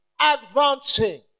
advancing